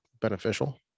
beneficial